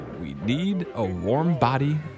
we-need-a-warm-body